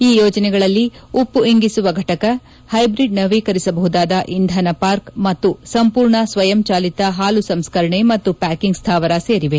ಈ ಯೋಜನೆಗಳಲ್ಲಿ ಉಪ್ಪು ಇಂಗಿಸುವಿಕೆ ಘಟಕ ಹೈಬ್ರಿಡ್ ನವೀಕರಿಸಬಹುದಾದ ಇಂಧನ ಪಾರ್ಕ್ ಮತ್ತು ಸಂಪೂರ್ಣ ಸ್ವಯಂಚಾಲಿತ ಹಾಲು ಸಂಸ್ಕರಣೆ ಮತ್ತು ಪ್ಯಾಕಿಂಗ್ ಸ್ಥಾವರ ಸೇರಿವೆ